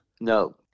No